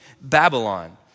Babylon